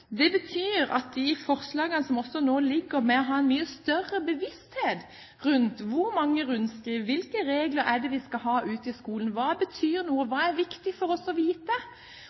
at vi har vært med på å gjøre det. De forslagene som nå ligger her, har mye større bevissthet rundt: Hvor mange rundskriv? Hvilke regler er det vi skal ha ut i skolen? Hva betyr noe? Hva er viktig for oss å vite?